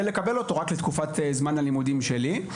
לקבל אותו רק לתקופת זמן הלימודים שלי.